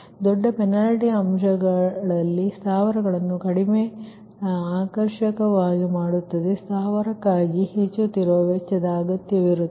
ಆದ್ದರಿಂದ ದೊಡ್ಡ ಪೆನಾಲ್ಟಿ ಅಂಶಗಳಲ್ಲಿ ಸ್ಥಾವರವನ್ನು ಕಡಿಮೆ ಆಕರ್ಷಕವಾಗಿ ಮಾಡುತ್ತದೆ ಮತ್ತು ಸ್ಥಾವರದಿಂದ ಸಣ್ಣ ಪ್ರಮಾಣದ ಇಂಕ್ರೀಮೆಂಟಲ್ ಕಾಸ್ಟ್ ನ ಅಗತ್ಯವಿರುತ್ತದೆ